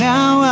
Now